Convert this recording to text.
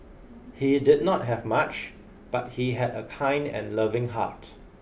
he did not have much but he had a kind and loving heart